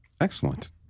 excellent